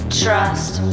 trust